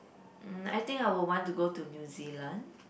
mm I think I would want to go to New Zealand